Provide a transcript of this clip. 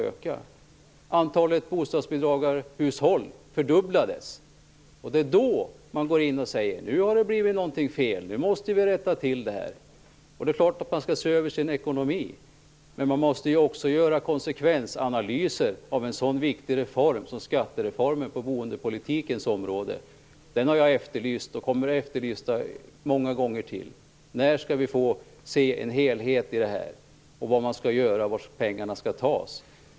Då antalet bostadsbidragshushåll fördubblades sade man: Nu har någonting blivit fel, och nu måste vi rätta till det här. Det är klart att man skall se över ekonomin, men man måste också göra konsekvensanalyser på boendepolitikens område av en så viktig reform som skattereformen. En sådan analys har jag efterlyst och kommer att efterlysa många gånger till. När skall vi få se ett helhetsgrepp över vad som skall göras och varifrån pengarna skall tas?